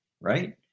right